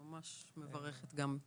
אני גם ממש מברכת על כך גם איתך.